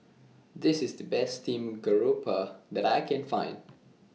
This IS The Best Steamed Garoupa that I Can Find